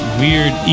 weird